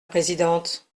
présidente